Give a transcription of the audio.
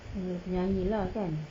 sebab dia penyanyi lah kan